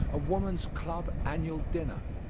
a woman's club annual dinner.